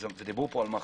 ודיברו פה על מח"ש,